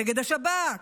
נגד השב"כ,